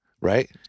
right